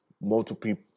multiple